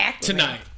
tonight